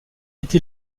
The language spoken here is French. été